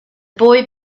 boy